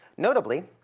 notably,